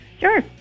Sure